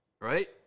right